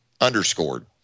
underscored